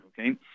okay